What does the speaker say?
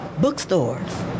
Bookstores